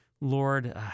lord